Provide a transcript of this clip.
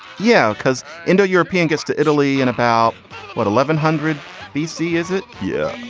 yeah, because indo european gets to italy in about what, eleven hundred b c, is it? yeah.